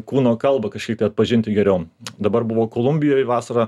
kūno kalbą kažkiek tai atpažinti geriau dabar buvau kolumbijoj vasarą